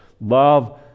love